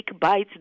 bites